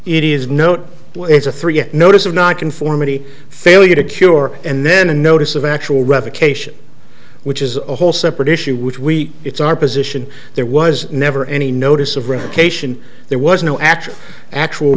it is know it's a three year notice of not conformity failure to cure and then a notice of actual revocation which is a whole separate issue which we it's our position there was never any notice of reputation there was no action actual